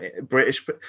british